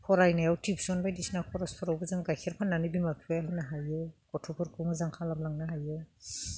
फरायनायाव टिउसन बायदिसिना खरसफोरावबो जों गाइखेर फाननानै बिमा बिफाया होनो हायो गथ'फोरखो मोजां खालामलांनो हायो